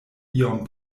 iom